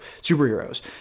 superheroes